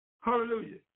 hallelujah